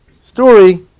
story